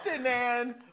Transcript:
man